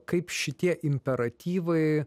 kaip šitie imperatyvai